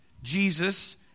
Jesus